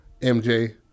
MJ